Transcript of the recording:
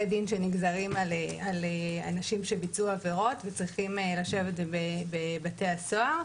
דין שנגזרים על אנשים שביצעו עבירות וצריכים לשבת בבתי הסוהר.